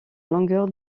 longueur